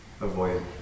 avoid